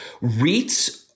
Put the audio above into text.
REITs